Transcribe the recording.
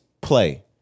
play